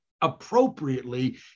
appropriately